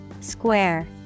square